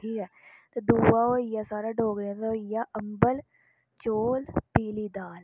ठीक ऐ ते दूआ होई गेआ साढ़ा डोगरें दा होई गेआ अम्बल चौल पीली दाल